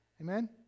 Amen